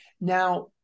Now